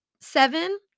seven